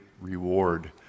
reward